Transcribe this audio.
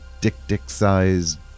dick-dick-sized